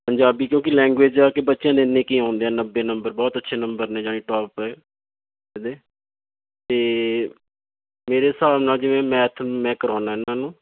ਪੰਜਾਬੀ ਕਿਉਂਕਿ ਲੈਂਗੁਏਜ ਜਾ ਕੇ ਬੱਚਿਆਂ ਦੇ ਇੰਨੇ ਕੁ ਹੀ ਆਉਂਦੇ ਆ ਨੱਬੇ ਨੰਬਰ ਬਹੁਤ ਅੱਛੇ ਨੰਬਰ ਨੇ ਜਾਣੀ ਟੋਪ ਪੇ ਇਹਦੇ ਤਾਂ ਮੇਰੇ ਹਿਸਾਬ ਨਾਲ ਜਿਵੇਂ ਮੈਥ ਮੈਂ ਕਰਾਉਦਾ ਇਹਨਾਂ ਨੂੰ